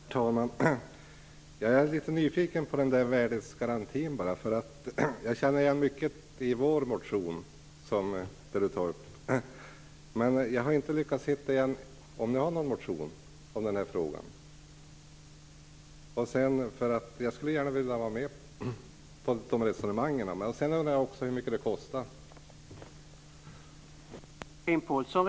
Herr talman! Jag är litet nyfiken på den där värdighetsgarantin. Jag känner nämligen igen mycket från Vänsterpartiets motion av det som Chatrine Pålsson tar upp. Men jag har inte lyckats hitta någon motion från Kristdemokraterna i den här frågan. Jag skulle gärna vilja vara med i de här resonemangen. Jag undrar också hur mycket det hela kostar.